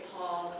Paul